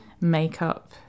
makeup